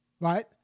right